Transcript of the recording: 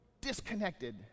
disconnected